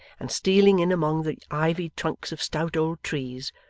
and stealing in among the ivied trunks of stout old trees,